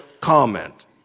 comment